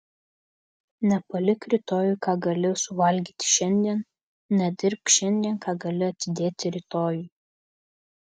nepalik rytojui ką gali suvalgyti šiandien nedirbk šiandien ką gali atidėti rytojui